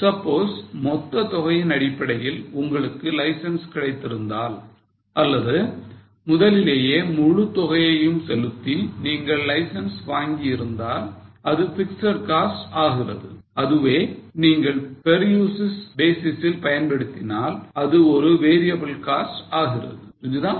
Suppose மொத்ததொகையின் அடிப்படையில் உங்களுக்கு லைசன்ஸ் கிடைத்திருந்தால் அல்லது முதலிலேயே முழு தொகையையும் செலுத்தி நீங்கள் லைசென்ஸ் வாங்கி இருந்தால் அது பிக்ஸட் காஸ்ட் ஆகிறது அதுவே நீங்கள் peruse basis சில் பயன்படுத்தினால் அது ஒரு variable cost ஆகிறது புரிஞ்சுதா